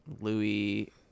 louis